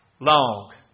long